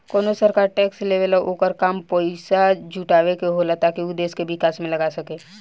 कवनो सरकार टैक्स लेवेला ओकर काम पइसा जुटावे के होला ताकि उ देश के विकास में लगा सके